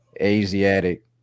Asiatic